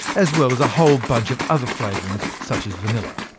as well as a whole bunch of other flavourings such as vanilla.